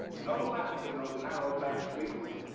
no lamps in those narrow back streets.